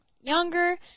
younger